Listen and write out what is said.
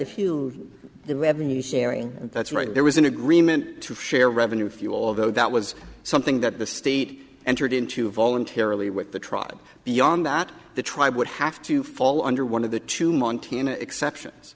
sharing that's right there was an agreement to share revenue if you although that was something that the state entered into voluntarily with the tribe beyond that the tribe would have to fall under one of the two montana exceptions